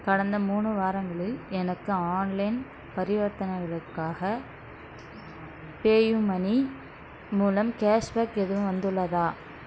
கடந்த மூணு வாரங்களில் எனக்கு ஆன்லைன் பரிவர்த்தனைகளுக்காக பேயூ மணி மூலம் கேஷ் பேக் எதுவும் வந்துள்ளதா